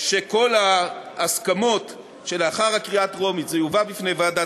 שכל ההסכמות שלאחר הקריאה הטרומית יובאו בפני ועדת